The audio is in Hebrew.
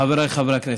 חבריי חברי הכנסת,